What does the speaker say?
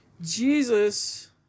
Jesus